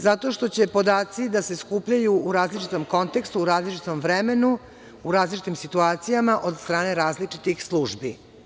Zato što će podaci da se skupljaju u različitom kontekstu, u različitom vremenu, u različitim situacijama od strane različitih službi.